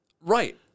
Right